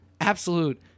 absolute